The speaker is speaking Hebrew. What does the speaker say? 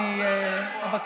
אני אבקש.